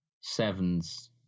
Sevens